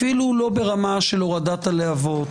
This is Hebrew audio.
אפילו לא ברמה של הורדת הלהבות,